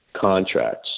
contracts